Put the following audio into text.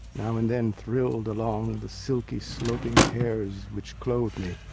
now and then thrilled along the silky sloping hairs which clothe me.